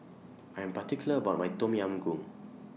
I Am particular about My Tom Yam Goong